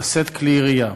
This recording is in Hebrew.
לשאת כלי ירייה.